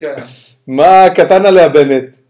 מה קטן עליה באמת